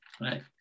right